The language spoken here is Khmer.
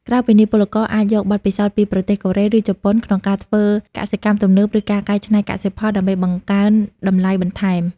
ក្រៅពីនេះពលករអាចយកបទពិសោធន៍ពីប្រទេសកូរ៉េ ឬជប៉ុន ក្នុងការធ្វើកសិកម្មទំនើប ឬការកែច្នៃកសិផល ដើម្បីបង្កើនតម្លៃបន្ថែម។